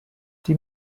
die